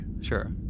Sure